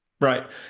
Right